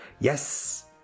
yes